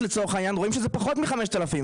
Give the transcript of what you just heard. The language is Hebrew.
לצורך העניין רואים שזה פחות מ-5,000.